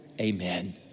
Amen